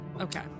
okay